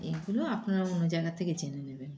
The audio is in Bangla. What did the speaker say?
এইগুলো আপনারা অন্য জায়গা থেকে জেনে নেবেন